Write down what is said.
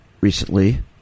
recently